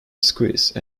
squeeze